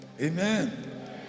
Amen